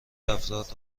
افراد